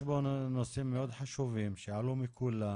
יש פה נושאים מאוד חשובים שעלו מכולם,